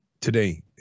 today